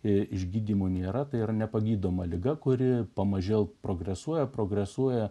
išgydymo nėra tai ir nepagydoma liga kuri pamažėl progresuoja progresuoja